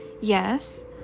yes